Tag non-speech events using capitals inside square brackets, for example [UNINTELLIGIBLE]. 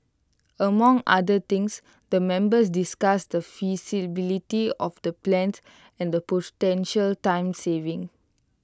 among other things the members discussed the feasibility of the plans and the [UNINTELLIGIBLE] time savings